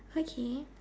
hi Kane